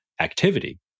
activity